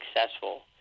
successful